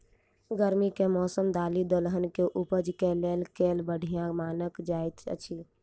गर्मी केँ मौसम दालि दलहन केँ उपज केँ लेल केल बढ़िया मानल जाइत अछि?